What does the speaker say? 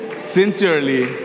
sincerely